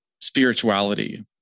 spirituality